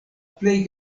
plej